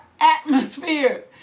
atmosphere